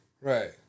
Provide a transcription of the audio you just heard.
Right